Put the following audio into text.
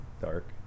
dark